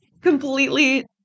completely